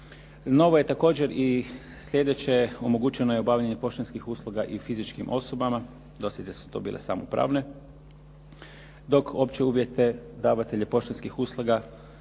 Novo je također i slijedeće. Omoguće je obavljanje poštanskih usluga i fizičkim osobama, do sada su to bile samo pravne, dok opće uvjete davatelja poštanskih usluga